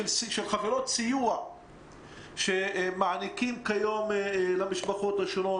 חברות סיוע שמעניקות כיום למשפחות השונות,